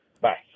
Bye